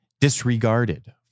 disregarded